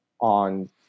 on